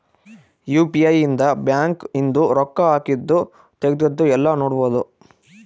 UPI ಇಂದ bank ಇಂದು ರೊಕ್ಕ ಹಾಕಿದ್ದು ತೆಗ್ದಿದ್ದು ಯೆಲ್ಲ ನೋಡ್ಬೊಡು